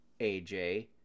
AJ